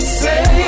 say